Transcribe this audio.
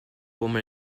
women